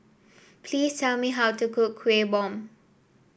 please tell me how to cook Kuih Bom